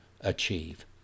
achieve